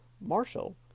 Marshall